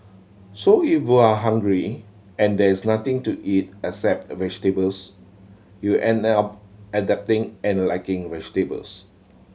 so if you are hungry and there is nothing to eat except vegetables you end up adapting and liking vegetables